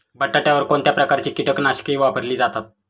बटाट्यावर कोणत्या प्रकारची कीटकनाशके वापरली जातात?